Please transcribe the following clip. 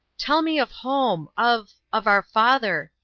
tell me of home of of our father,